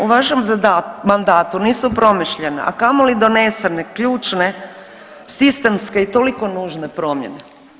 U vašem mandatu nisu promišljena a kamoli donesene ključne sistemske i toliko nužne promjene.